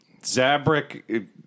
Zabrick